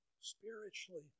spiritually